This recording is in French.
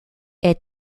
est